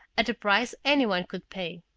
at a price anyone could pay.